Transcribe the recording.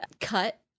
cut